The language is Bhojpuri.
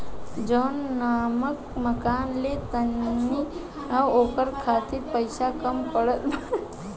जवन नवका मकान ले तानी न ओकरा खातिर पइसा कम पड़त बा